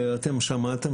ואתם שמעתם